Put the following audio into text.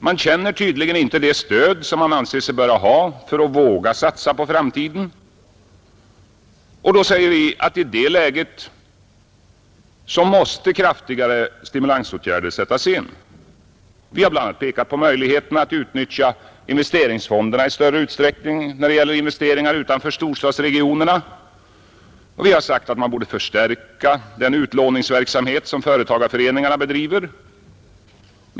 De känner tydligen inte det stöd som de anser sig böra ha för att våga satsa på framtiden. Då säger vi att i det läget måste kraftigare stimulansåtgärder sättas in. Vi har bl.a. pekat på möjligheterna att utnyttja investeringsfonderna i större utsträckning när det gäller investeringar utanför storstadsregionerna. Vi har sagt att man borde förstärka den utlåningsverksamhet som företagarföreningarna bedriver.